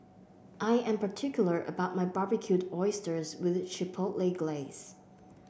I am particular about my Barbecued Oysters with Chipotle Glaze